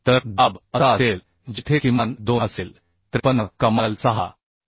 तर दाब असा असेल जेथे किमान 2 असेल 53 कमाल 6 असेल